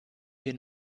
wir